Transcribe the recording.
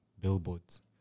billboards